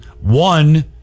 One